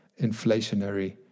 inflationary